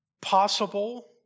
Possible